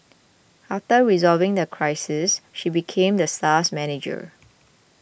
after resolving the crisis she became the star's manager